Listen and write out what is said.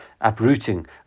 uprooting